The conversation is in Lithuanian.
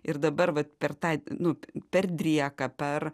ir dabar vat per tą nu per drėką per